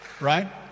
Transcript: Right